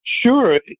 Sure